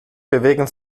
bewegen